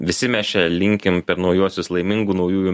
visi mes čia linkim per naujuosius laimingų naujųjų